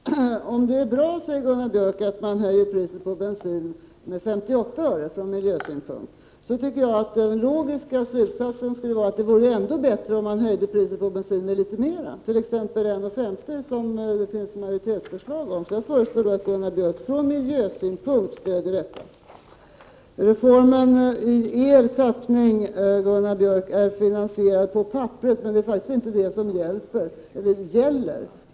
Herr talman! Om det är bra från miljösynpunkt, som Gunnar Björk säger, att man höjer priset på bensin med 58 öre, så tycker jag att den logiska slutsatsen skulle vara att det vore ännu bättre om man höjde priset på bensin litet mera, t.ex. med 1:50 kr., som det finns majoritetsförslag om. Så jag föreslår att Gunnar Björk från miljösynpunkt stöder detta förslag. Reformen i er tappning, Gunnar Björk, är finansierad på pappret, men det är faktiskt inte det som gäller.